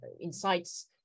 insights